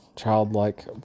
childlike